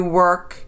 work